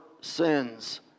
sins